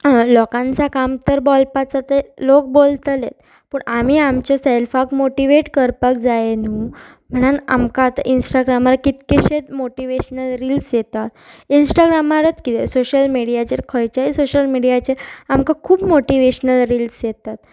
लोकांसा काम तर बोलपाच जो ते लोक बोलतले पूण आमी आमच्या सॅल्फाक मोटिवेट करपाक जाय न्हू म्हणन आमकां आतां इंस्टाग्रामार कितकेशेच मोटिवेशनल रिल्स येतात इंस्टाग्रामारत कितें सोशल मिडियाचेर खंयच्याय सोशल मिडियाचेर आमकां खूब मोटिवेशनल रिल्स येतात